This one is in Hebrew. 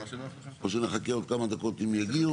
או שנחכה עוד כמה דקות אם יגיעו?